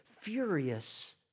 furious